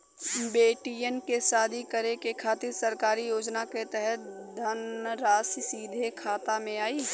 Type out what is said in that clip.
बेटियन के शादी करे के खातिर सरकारी योजना के तहत धनराशि सीधे खाता मे आई?